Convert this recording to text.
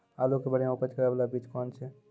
आलू के बढ़िया उपज करे बाला बीज कौन छ?